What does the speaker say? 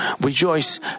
rejoice